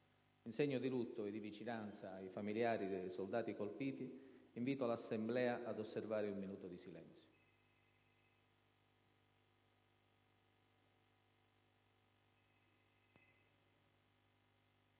In segno di lutto e di vicinanza ai familiari dei soldati colpiti, invito l'Assemblea ad osservare un minuto di silenzio.